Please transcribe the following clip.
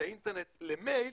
האינטרנט למייל,